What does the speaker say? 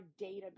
database